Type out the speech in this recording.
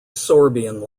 sorbian